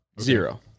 Zero